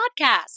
podcast